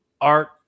art